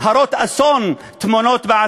הרות אסון טמונות בו,